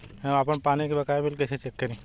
हम आपन पानी के बकाया बिल कईसे चेक करी?